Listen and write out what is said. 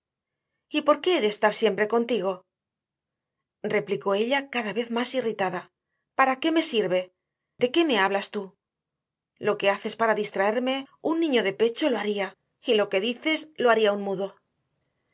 por qué he de estar siempre contigo replicó ella cada vez más irritada para qué me sirve de qué me hablas tú lo que haces para distraerme un niño de pecho lo haría y lo que dices lo diría un mudo